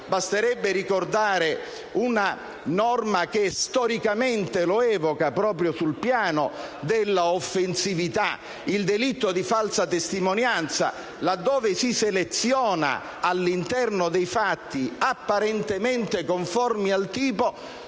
basterebbe ricordare una norma che storicamente lo evoca proprio sul piano della offensività: il delitto di falsa testimonianza laddove, all'interno dei fatti apparentemente conformi al tipo,